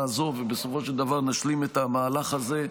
הזו ובסופו של דבר נשלים את המהלך הזה.